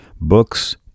books